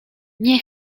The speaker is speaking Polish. nie